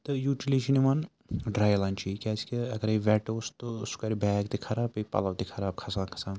تہٕ یوٗجؤلی چھِ نِوان ڈرٛاے لنٛچی کیٛازِکہِ اگرَے وٮ۪ٹ اوس تہٕ سُہ کَرِ بیگ تہِ خراب بیٚیہِ پَلو تہِ خراب کھَسان کھَسان